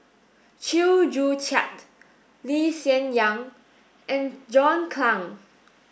Chew Joo Chiat Lee Hsien Yang and John Clang